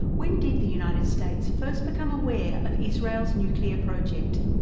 when did the united states first become aware of israel's nuclear project?